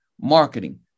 marketing